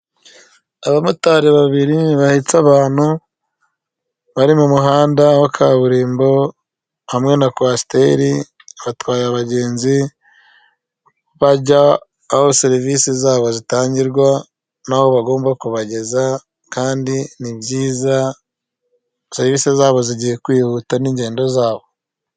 Abamotari babiri bahetse abantu bari mu muhanda wa kaburimbo, hamwe na kwasiteribatwaye abagenzi bajya aho serivisi zabo zitangirwa, n'aho bagomba kubageza kandi ni byiza serivisi zabo zigiye kwihuta n'ingendo zabo.